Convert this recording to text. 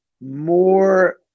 more